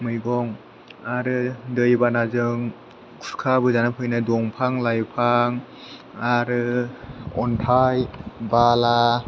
मैगं आरो दैबानाजों खुरखाबोजानानै फैनाय दंफां लाइफां आरो अन्थाइ बाला